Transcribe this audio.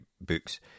books